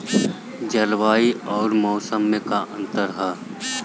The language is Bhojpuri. जलवायु अउर मौसम में का अंतर ह?